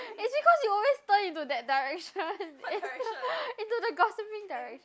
is it cause you always turn into that direction is the into the gossiping direction